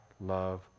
love